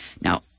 now